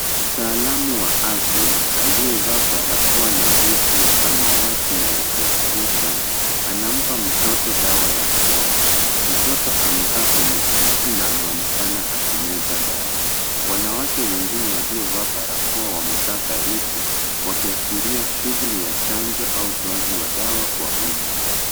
Mtaalamu wa afya aliyevaa barakoa na vesti ya samawati na ya Kiafrika, anampa mtoto dawa ya mdomo. Mtoto amekaa kwenye kiti na anaonekana akimeza dawa. Wanawake wengine waliovaa barakoa, wamekaa karibu wakiashiria shughuli ya chanjo au utoaji wa dawa kwa umma.